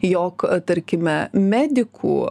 jog tarkime medikų